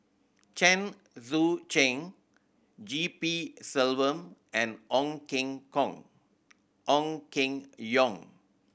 Chen Sucheng G P Selvam and Ong Keng Hong Ong Keng Yong